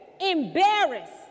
embarrassed